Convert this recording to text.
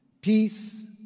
Peace